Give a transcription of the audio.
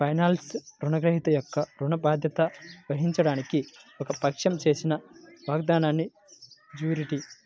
ఫైనాన్స్లో, రుణగ్రహీత యొక్క ఋణ బాధ్యత వహించడానికి ఒక పక్షం చేసిన వాగ్దానాన్నిజ్యూరిటీ